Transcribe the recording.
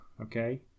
Okay